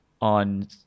on